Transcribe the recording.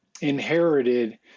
inherited